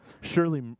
surely